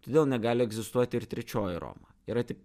todėl negali egzistuoti ir trečioji roma yra tik